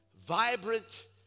vibrant